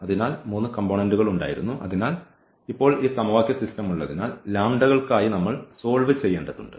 അതിനാൽ ഇപ്പോൾ ഈ സമവാക്യ സിസ്റ്റം ഉള്ളതിനാൽ കൾക്കായി നമ്മൾ സോൾവ് ചെയ്യേണ്ടതുണ്ട്